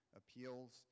appeals